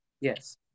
Yes